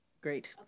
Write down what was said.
Great